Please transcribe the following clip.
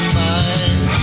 mind